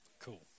Cool